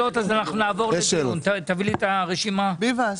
שאלות, בבקשה.